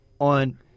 on